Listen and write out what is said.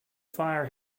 fire